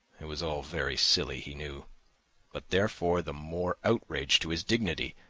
it was all very silly, he knew but therefore the more outrage to his dignity,